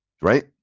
Right